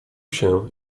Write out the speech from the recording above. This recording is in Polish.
się